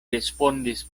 respondis